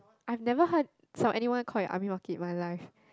I've never heard from anyone call it army market in my life